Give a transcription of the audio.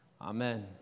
Amen